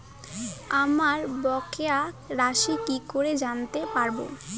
আমার বকেয়া রাশি কি করে জানতে পারবো?